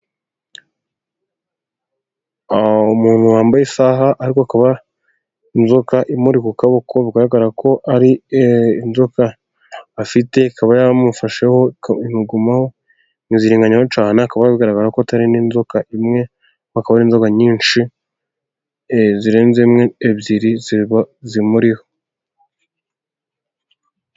Umuntu wambaye isaha ariko hakaba inzoka imuri ku kaboko, bigaragara ko ari inzoka afite ikaba yaramufasheho imugumaho imwizingiraho cyane, bikaba bigaragara ko atari n'inzoka imwe, zikaba ari inzoka nyinshi zirenze imwe, ebyiri, ziba zimuriho.